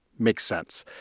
makes sense.